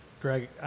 Greg